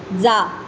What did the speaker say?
जा